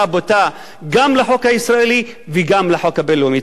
בוטה גם של החוק הישראלי וגם של החוק הבין-לאומי.